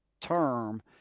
Term